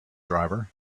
driver